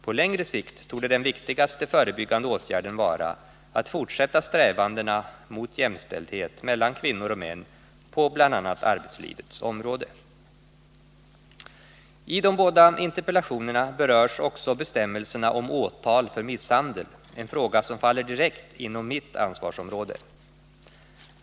På längre sikt torde den viktigaste förebyggande åtgärden vara att fortsätta strävandena mot jämställdhet mellan kvinnor och män på bl.a. arbetslivets område. I de båda interpellationerna berörs också bestämmelserna om åtal för misshandel, en fråga som direkt faller inom mitt ansvarsområde.